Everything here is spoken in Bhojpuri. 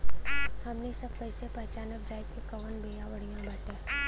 हमनी सभ कईसे पहचानब जाइब की कवन बिया बढ़ियां बाटे?